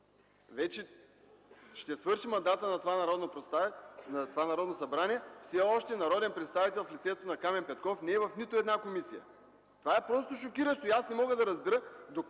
Вече ще свърши мандатът на това Народно събрание, все още народен представител в лицето на Камен Петков не е в нито една комисия. Това е просто шокиращо. Аз не мога да разбера докога